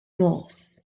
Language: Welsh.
nos